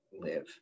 live